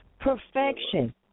Perfection